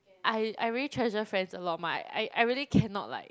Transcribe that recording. I I really treasure friends a lot mah I I really cannot like